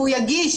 והוא יגיש,